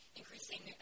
increasing